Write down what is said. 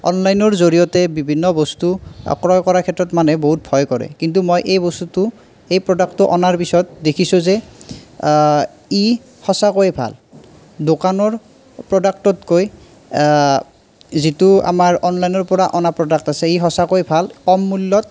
অনলাইনৰ জৰিয়তে বিভিন্ন বস্তু ক্ৰয় কৰাৰ ক্ষেত্ৰত মানুহে বহুত ভয় কৰে কিন্তু মই এই বস্তুটো এই প্ৰডাক্টটো অনাৰ পিছত দেখিছোঁ যে ই সঁচাকৈয়ে ভাল দোকানৰ প্ৰডাক্টতকৈ যিটো আমাৰ অনলাইনৰ পৰা অনা প্ৰডাক্ট আছে ই সঁচাকৈ ভাল কম মূল্য়ত